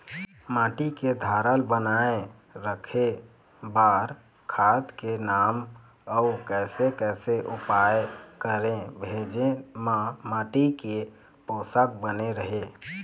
माटी के धारल बनाए रखे बार खाद के नाम अउ कैसे कैसे उपाय करें भेजे मा माटी के पोषक बने रहे?